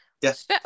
Yes